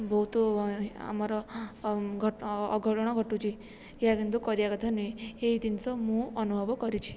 ବହୁତ ଏ ଆମର ଅଘଟଣ ଘଟୁଛି ଏହା କିନ୍ତୁ କରିବା କଥା ନୁହେଁ ଏହି ଜିନିଷ ମୁଁ ଅନୁଭବ କରିଛି